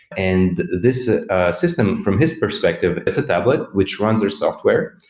and this ah system from his perspective, it's a tablet, which runs their software.